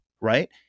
right